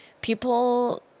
people